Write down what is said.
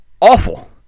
awful